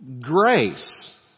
grace